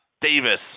Davis